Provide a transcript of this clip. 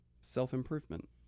self-improvement